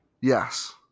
Yes